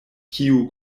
kiu